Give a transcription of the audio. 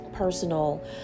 personal